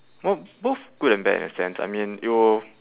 well both good and bad in a sense I mean it will